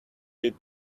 did